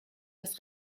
das